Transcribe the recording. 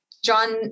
John